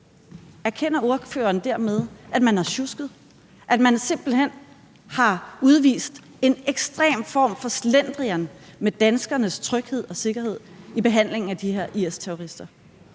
Erkender ordføreren dermed, at man har sjusket, og at man simpelt hen har udvist en ekstrem form for slendrian med danskernes tryghed og sikkerhed i behandlingen af de her IS-terrorister?